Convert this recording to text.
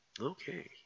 Okay